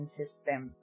system